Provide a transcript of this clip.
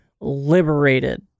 liberated